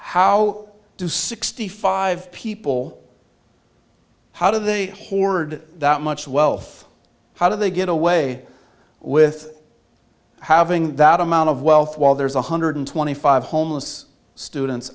how do sixty five people how do they hoard that much wealth how do they get away with having that amount of wealth while there's one hundred twenty five homeless students